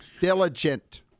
Diligent